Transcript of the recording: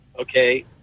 okay